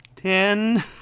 Ten